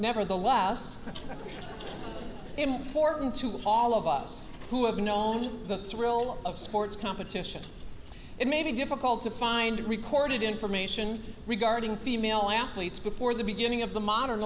nevertheless important to with all of us who have known the thrill of sports competition it may be difficult to find recorded information regarding female athletes before the beginning of the modern